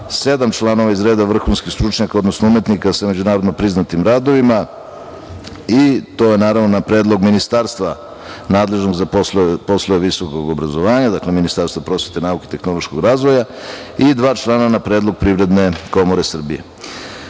članova iz reda vrhunskih stručnjaka, odnosno umetnika sa međunarodno priznatim radovima i to je, naravno, na predlog ministarstva nadležnog za poslove visokog obrazovanja, dakle Ministarstvo prosvete, nauke i tehnološkog razvoja i dva člana na predlog Privredne komore Srbije. Danas